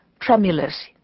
tremulous